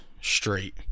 straight